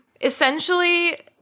Essentially